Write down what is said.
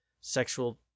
sexual